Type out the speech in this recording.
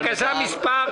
בקשה מס'